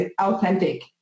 authentic